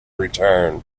return